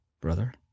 Brother